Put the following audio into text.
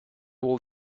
will